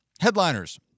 headliners